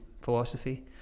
philosophy